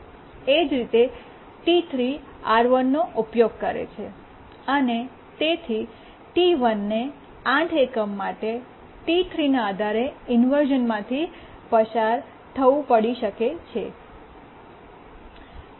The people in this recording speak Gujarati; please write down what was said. એ જ રીતે T3 R1નો ઉપયોગ કરે છે અને તેથી T1 ને 8 એકમ માટે T3 ના આધારે ઇન્વર્શ઼નમાંથી પસાર થવું પડી શકે છે